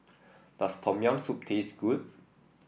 does Tom Yam Soup taste good